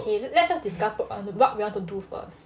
okay let's just discuss what we want to do first